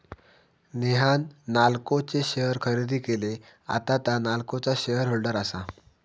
नेहान नाल्को चे शेअर खरेदी केले, आता तां नाल्कोचा शेअर होल्डर आसा